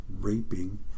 raping